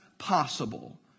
Possible